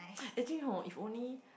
actually hor if only